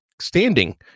standing